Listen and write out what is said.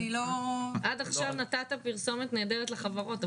עד עכשיו נתת פרסומת נהדרת לחברות,